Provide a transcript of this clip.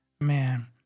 man